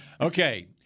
Okay